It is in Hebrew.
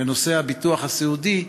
בנושא הביטוח הסיעודי,